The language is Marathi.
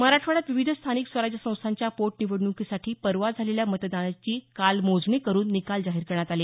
मराठवाड्यात विविध स्थानिक स्वराज्य संस्थांच्या पोटनिवडणुकीसाठी परवा झालेल्या मतदानाची काल मोजणी करून निकाल जाहीर करण्यात आले